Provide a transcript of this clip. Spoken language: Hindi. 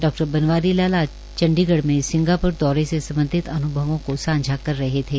डा बनवारी लाल ने आज चंडीगढ़ में सिंगाप्र दौरे से संबंधित अन्भवों को सांझा कर रहे थे